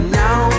now